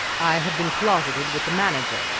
i have been closeted with the manager,